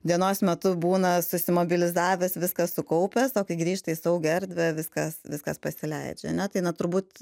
dienos metu būna susimobilizavęs viską sukaupęs o kai grįžta į saugią erdvę viskas viskas pasileidžia ane tai na turbūt